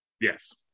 Yes